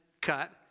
cut